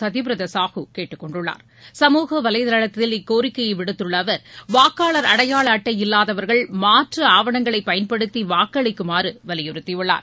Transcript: சத்தியபிரதா சாஹூ திரு சமூக வலைதளத்தில் இக்கோரிக்கையை விடுத்துள்ள அவர் வாக்காளர் அட்டையாள அட்டை இல்லாதவர்கள் மாற்று ஆவணங்களை பயன்படுத்தி வாக்களிக்குமாறும் வலியுறுத்தி உள்ளார்